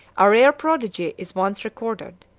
a rare prodigy is once recorded,